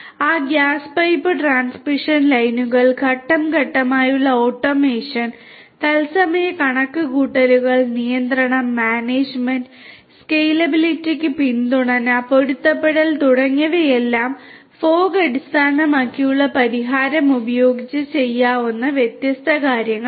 ആ gas pipe transmission ലൈനുകൾ ഘട്ടം ഘട്ടമായുള്ള ഓട്ടോമേഷൻ തത്സമയ കണക്കുകൂട്ടൽ നിയന്ത്രണം മാനേജ്മെന്റ് സ്കേലബിളിറ്റിക്ക് പിന്തുണ പൊരുത്തപ്പെടുത്തൽ തുടങ്ങിയവയെല്ലാം ഫോഗ് അടിസ്ഥാനമാക്കിയുള്ള പരിഹാരം ഉപയോഗിച്ച് ചെയ്യാവുന്ന വ്യത്യസ്ത കാര്യങ്ങളാണ്